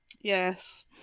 Yes